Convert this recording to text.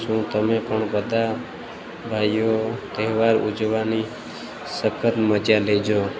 તો તમે પણ બધા ભાઈઓ તહેવાર ઉજવવાની સખત મજા લેજો